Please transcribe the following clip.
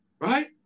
right